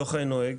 יוחאי נוהג